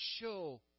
show